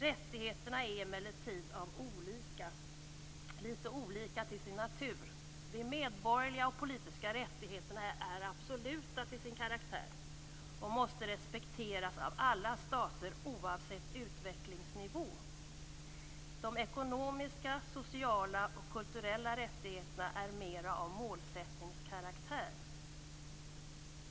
Rättigheterna är emellertid lite olika till sin natur. De medborgerliga och politiska rättigheterna är absoluta till sin karaktär och måste respekteras av alla stater oavsett utvecklingsnivå. De ekonomiska, sociala och kulturella rättigheterna är mer av målsättningskaraktär.